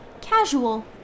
casual